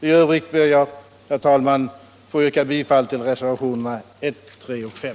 I övrigt ber jag, herr talman, att få yrka bifall till reservationerna 1, 3 och 5.